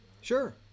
sure